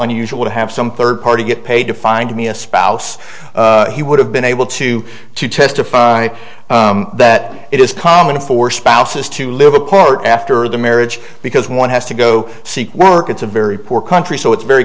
unusual to have some third party get paid to find me a spouse he would have been able to to testify that it is common for spouses to live apart after the marriage because one has to go seek work it's a very poor country so it's very